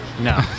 no